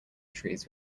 trees